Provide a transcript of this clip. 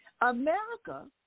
America